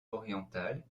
orientale